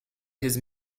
his